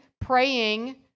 praying